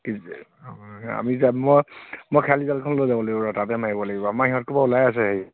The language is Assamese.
আমি যাম মই মই খেয়ালি জালখন লৈ যাব লাগিব ৰহ তাতে মাৰিব লাগিব আমাৰ ইহঁতখোপা ওলাই আছে সেই